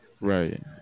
right